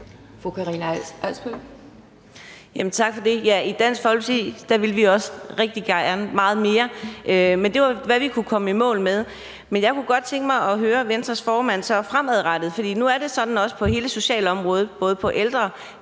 Tak for det. I Dansk Folkeparti ville vi også rigtig gerne meget mere, men det var, hvad vi kunne komme i mål med. Men jeg kunne godt tænke mig at høre, hvad Venstres formand mener fremadrettet. For nu er det jo sådan på hele socialområdet, både på ældre-